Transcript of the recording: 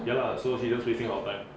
ya lah so she just wasting our time